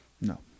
no